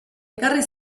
ekarri